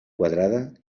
quadrada